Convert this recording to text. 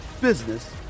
business